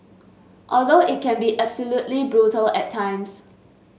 although it can be absolutely brutal at times